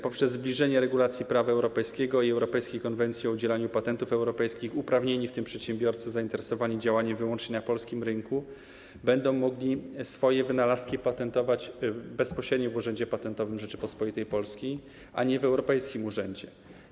Poprzez zbliżenie regulacji do prawa europejskiego i europejskiej Konwencji o udzielaniu patentów europejskich uprawnieni, w tym przedsiębiorcy zainteresowani działaniem wyłącznie na polskim rynku, będą mogli swoje wynalazki opatentować bezpośrednio w Urzędzie Patentowym Rzeczypospolitej Polskiej, a nie w europejskim urzędzie.